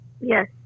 Yes